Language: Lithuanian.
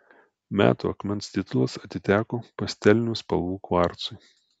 metų akmens titulas atiteko pastelinių spalvų kvarcui